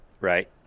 Right